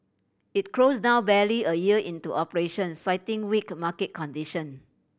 it closed down barely a year into operation citing weak market condition